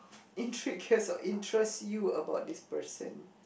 intrigues or interest you about this person